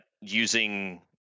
using